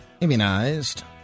immunized